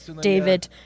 David